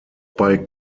bei